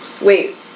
Wait